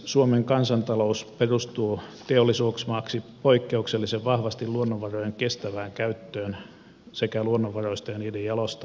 suomen kansantalous perustuu teollisuusmaaksi poikkeuksellisen vahvasti luonnonvarojen kestävään käyttöön sekä luonnonvaroista ja niiden jalostamisesta saatavaan arvonlisään